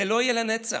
זה לא יהיה לנצח.